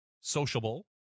sociable